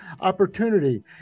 opportunity